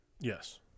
Yes